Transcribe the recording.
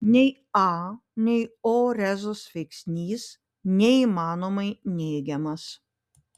nei a nei o rezus veiksnys neįmanomai neigiamas